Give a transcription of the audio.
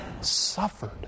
suffered